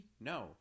no